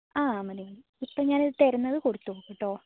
ആ മതി മതി ഇപ്പോൾ ഞാൻ ഈ തരുന്നത് കൊടുത്തുനോക്ക് കേട്ടോ